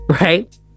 right